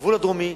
בגבול הדרומי,